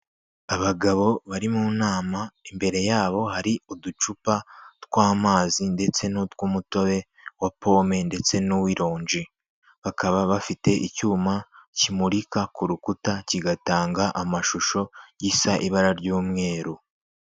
Abagabo bari mu nama imbere yabo hari uducupa tw'amazi ndetse n'utw'umutobe wa pome ndetse n'uwironji, bakaba bafite icyuma kimurika ku rukuta kigatanga amashusho gisa ibara ry'umweru.